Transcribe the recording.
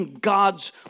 God's